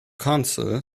council